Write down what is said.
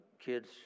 kids